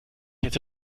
hätte